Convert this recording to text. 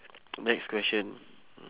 next question